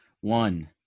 One